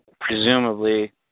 presumably